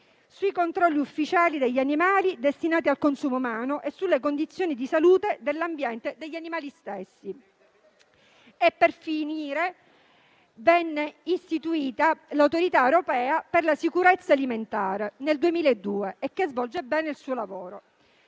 sui controlli ufficiali degli animali destinati al consumo umano e sulle condizioni di salute dell'ambiente degli animali stessi. Infine, nel 2002, venne istituita l'Autorità europea per la sicurezza alimentare, che svolge bene il suo lavoro.